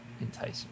enticing